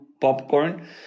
popcorn